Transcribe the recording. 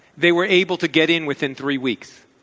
they were able to get in within three weeks.